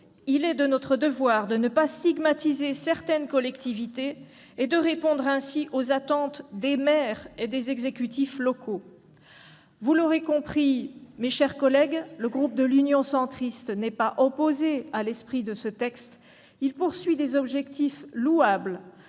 Il est de notre devoir de ne pas stigmatiser certaines collectivités et de répondre ainsi aux attentes des maires et des exécutifs locaux. Vous l'aurez malgré tout compris, mes chers collègues, le groupe Union Centriste n'est pas opposé à l'esprit de ce texte. Les objectifs sont louables.